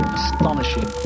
astonishing